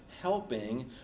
helping